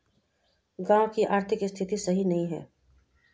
गाँव की आर्थिक स्थिति सही नहीं है?